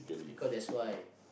because that's why